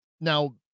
Now